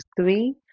three